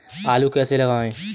आलू कैसे लगाएँ?